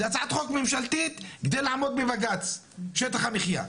זה הצעת חוק ממשלתית כדי לעמוד בבג"ץ שטח המחיה.